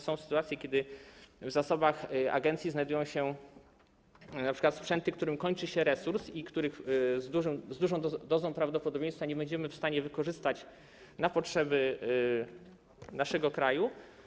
Są sytuacje, kiedy w zasobach agencji znajdują się np. sprzęty, którym kończy się resurs i których z dużą dozą prawdopodobieństwa nie będziemy w stanie wykorzystać na potrzeby naszego kraju.